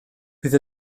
bydd